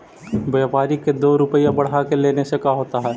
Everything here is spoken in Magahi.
व्यापारिक के दो रूपया बढ़ा के लेने से का होता है?